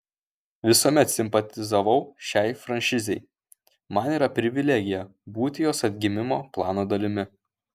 visuomet simpatizavau šiai franšizei man yra privilegija būti jos atgimimo plano dalimi